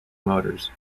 motors